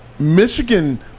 Michigan